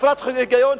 חסרת היגיון,